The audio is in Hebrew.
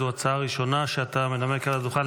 זו ההצעה הראשונה שאתה מנמק על הדוכן,